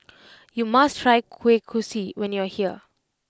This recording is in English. you must try Kueh Kosui when you are here